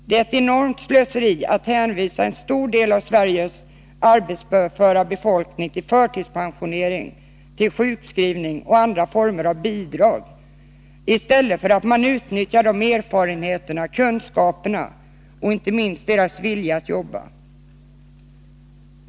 Det är ett enormt slöseri att hänvisa en stor del av Sveriges arbetsföra människor till förtidspensionering, sjukskrivning och andra former av bidrag, i stället för att utnyttja deras erfarenheter, deras kunskaper och inte minst deras vilja att arbeta.